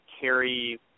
carry